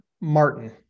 Martin